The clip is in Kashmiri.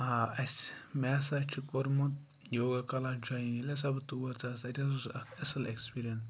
آ اَسہِ مےٚ ہَسا چھُ کوٚرمُت یوگا کَلاس جویِن ییٚلہِ ہَسا بہٕ تور ژٕ آسہٕ تَتہِ ہَسا اوس اَکھ اَصٕل اٮ۪کٕسپیٖریَنس